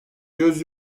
göz